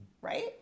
right